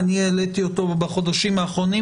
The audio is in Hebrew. אני העליתי אותו בחודשים האחרונים,